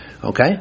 Okay